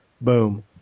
boom